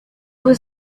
was